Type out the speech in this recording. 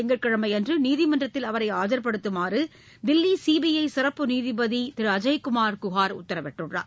திங்கட்கிழனமயன்றுநீதிமன்றத்தில் அவரை ஆஜர்படுத்துமாறுதில்லிசி பிஜசிறப்பு வரும் நீதிபதிஅஜய்குமார் குஹார் உத்தரவிட்டார்